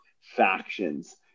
factions